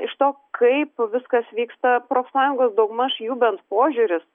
iš to kaip viskas vyksta profsąjungos daugmaž jų bent požiūris